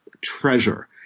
treasure